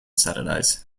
saturdays